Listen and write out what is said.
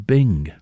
Bing